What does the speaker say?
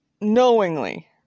Knowingly